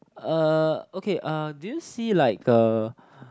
uh okay uh do you see like a